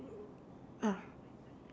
ah